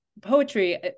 poetry